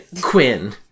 Quinn